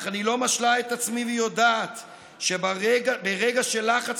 אך אני לא משלה את עצמי ויודעת שברגע של לחץ